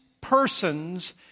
persons